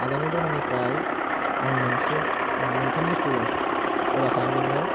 आदानि दखाननिफ्राय आं मोनसे मोनथाम बुस्थु अर्दार खालामदोंमोन